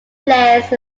flares